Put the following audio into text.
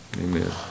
amen